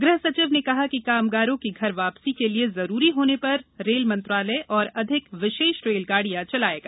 ग़ह सचिव ने कहा कि कामगारों की घर वापसी के लिए जरूरी होने पर रेल मंत्रालय और अधिक विशेष रेलगाड़ियां चलाएगा